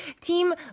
Team